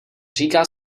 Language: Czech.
říká